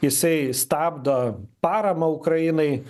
jisai stabdo paramą ukrainai